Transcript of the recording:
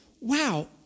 wow